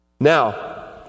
Now